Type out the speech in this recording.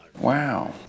wow